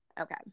Okay